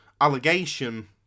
allegation